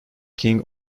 king